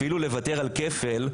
אפילו לוותר על כפל,